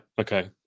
Okay